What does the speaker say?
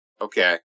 Okay